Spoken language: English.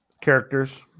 Characters